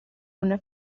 una